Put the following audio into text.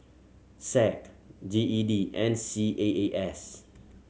SAC G E D and C A A S